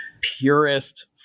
purest